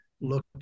look